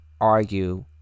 argue